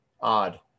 odd